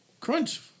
Crunch